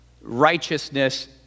righteousness